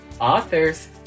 authors